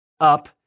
up